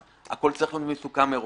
הכול צריך להיות מסוכם בראש.